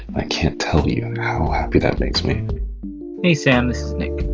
i can't tell you how happy that makes me hey, sam. this is nick.